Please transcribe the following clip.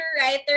writer